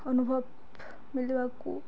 ଅନୁଭବ ମଳିବାକୁ